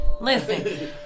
Listen